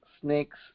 snakes